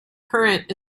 current